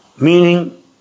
meaning